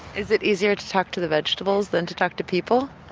is it easier to talk to the vegetables than to talk to people?